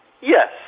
Yes